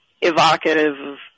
evocative